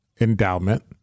endowment